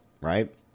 right